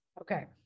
Okay